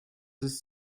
ist